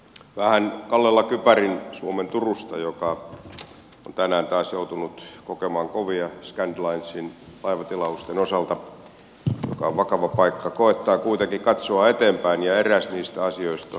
vähän kallella kypärin suomen turussa joka on tänään taas joutunut kokemaan kovia scandlinesin laivatilausten osalta joka on vakava paikka koetetaan kuitenkin katsoa eteenpäin ja eräs niistä asioista on energiapolitiikka